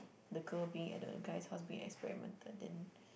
the girl being at the guys house being experimented then